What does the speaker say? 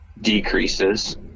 decreases